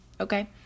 Okay